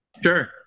sure